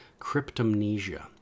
cryptomnesia